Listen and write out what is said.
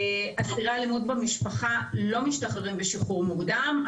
אסירי אלימות במשפחה לא משתחררים בשחרור מוקדם,